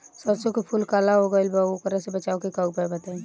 सरसों के फूल काला हो गएल बा वोकरा से बचाव के उपाय बताई?